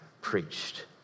preached